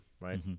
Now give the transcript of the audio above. right